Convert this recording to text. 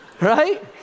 Right